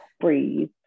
breathe